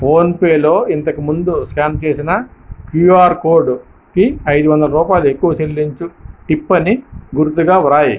ఫోన్పేలో ఇంతకు ముందు స్క్యాన్ చేసిన క్యూఆర్ కోడుకి ఐదు వందల రూపాయలు ఎక్కువ చెల్లించు టిప్ అని గురుతుగా వ్రాయి